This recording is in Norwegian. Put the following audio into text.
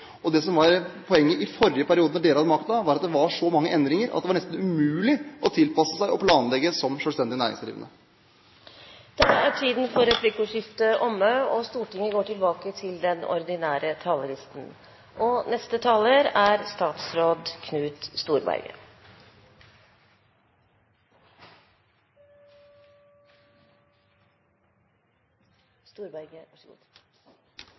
skattepolitikk. Det som var poenget i forrige periode da dere hadde makten, var at det var så mange endringer at det var nesten umulig å tilpasse seg og planlegge som selvstendig næringsdrivende. Replikkordskiftet er omme. Den 22. juli 2011 vil prege Norge som nasjon i lang, lang tid. Mange mistet livet i regjeringskvartalet og på Utøya. Mange mennesker ble skadd, og